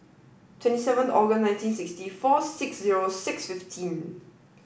twenty seven Aug nineteen sixty four six zero six fifteen